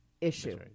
issue